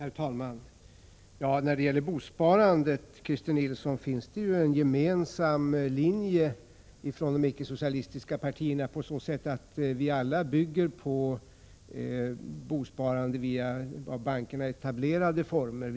Herr talman! När det gäller bosparandet, Christer Nilsson, följer de icke-socialistiska partierna en gemensam linje på så sätt att vi alla bygger på bosparande i av bankerna etablerade former.